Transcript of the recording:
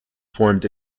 formed